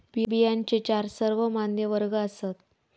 बियांचे चार सर्वमान्य वर्ग आसात